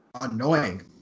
annoying